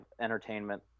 entertainment